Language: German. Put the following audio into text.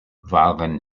waren